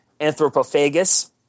Anthropophagus